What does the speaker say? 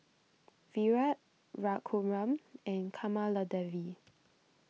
Virat Raghuram and Kamaladevi